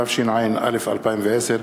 התשע"א 2010,